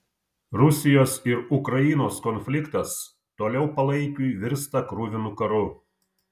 rusijos ir ukrainos konfliktas toliau palaikiui virsta kruvinu karu